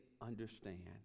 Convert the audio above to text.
understand